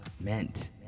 meant